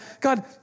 God